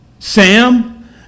Sam